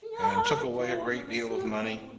and took away a great deal of money,